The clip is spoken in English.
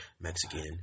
Mexican